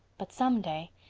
but some day.